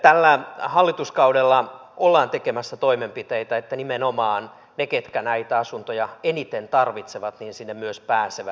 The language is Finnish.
tällä hallituskaudella ollaan tekemässä toimenpiteitä että nimenomaan ne ketkä näitä asuntoja eniten tarvitsevat sinne myös pääsevät